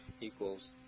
equals